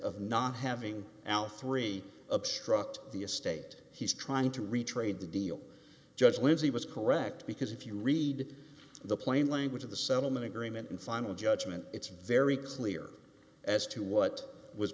of not having al three obstruct the estate he's trying to retrain the deal judge lindsay was correct because if you read the plain language of the settlement agreement and final judgment it's very clear as to what was